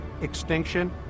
extinction